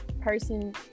person